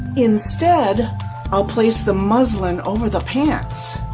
instead i'll place the muslin over the pants.